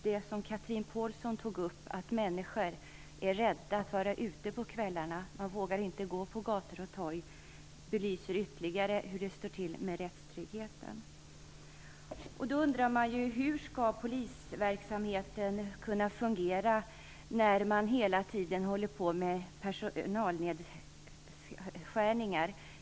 Det som Chatrine Pålsson tog upp, att människor är rädda för att vara ute på kvällarna och att de inte vågar gå på gator och torg, belyser ytterligare hur det står till med rättstryggheten. Då undrar man hur polisverksamheten skall kunna fungera när det hela tiden är fråga om personalnedskärningar.